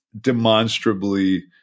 demonstrably